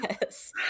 Yes